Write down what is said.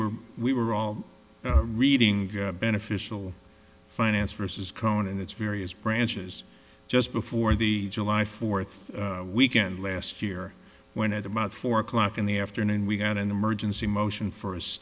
re we were all reading beneficial finance versus cohen and its various branches just before the july fourth weekend last year when at about four o'clock in the afternoon we got an emergency motion for